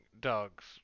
dogs